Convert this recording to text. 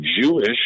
Jewish